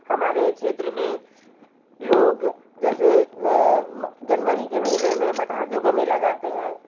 हमारे क्षेत्र में लोग जैसे जनवरी के महीने में मठारदेव का मेला जाते हैं